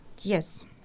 Yes